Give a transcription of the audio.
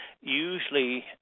usually